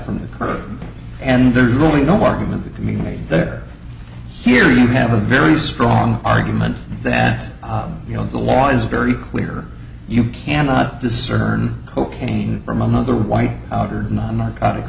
from the curb and there's really no argument with me there here you have a very strong argument that you know the law is very clear you cannot discern cocaine from another white powder non narcotic